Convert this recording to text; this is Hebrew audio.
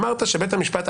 אמרת שבית המשפט,